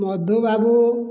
Madhubabu